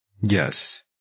Yes